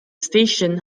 station